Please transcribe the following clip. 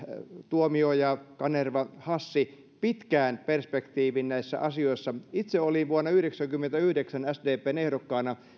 tuomioja kanerva hassi pitkään perspektiiviin näissä asioissa itse olin vuonna yhdeksänkymmentäyhdeksän sdpn ehdokkaana